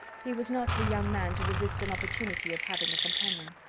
he was not the young man to resist an opportunity of having a companion.